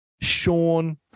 Sean